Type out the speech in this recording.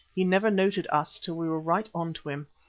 he never noted us till we were right on to him.